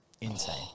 insane